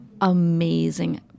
amazing